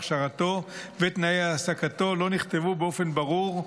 הכשרתו ותנאי העסקתו לא נכתבו באופן ברור,